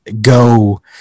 go